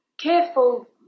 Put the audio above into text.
careful